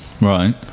Right